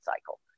cycle